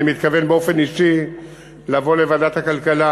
אני מתכוון באופן אישי לבוא לוועדת הכלכלה.